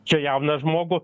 čia jauną žmogų